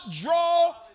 draw